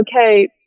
okay